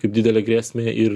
kaip didelę grėsmę ir